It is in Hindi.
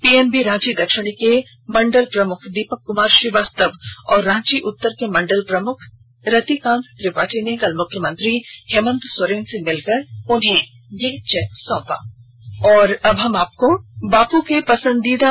पीएनबी रांची दक्षिणी के मंडल प्रमुख दीपक कुमार श्रीवास्तव और रांची उत्तर के मंडल प्रमुख रतिकांत त्रिपाठी ने कल मुख्यमंत्री हेमंत सोरेन से मिलकर उन्हें चेक सौंपा